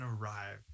arrive